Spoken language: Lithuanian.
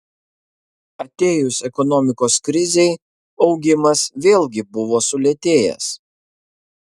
atėjus ekonomikos krizei augimas vėlgi buvo sulėtėjęs